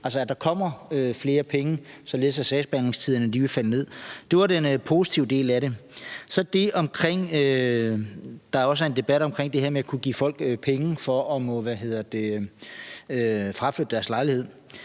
altså at der kommer flere penge, så sagsbehandlingstiderne kommer ned. Det var den positive del af det. Så er der også en debat omkring det her med at kunne give folk penge for at fraflytte deres lejlighed.